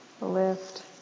Lift